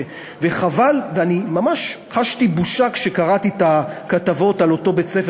חשתי ממש בושה כשקראתי את הכתבות על אותו בית-ספר